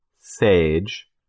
sage